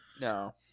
No